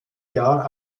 jahr